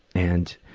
and